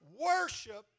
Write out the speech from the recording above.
worship